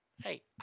Hey